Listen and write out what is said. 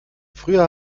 früher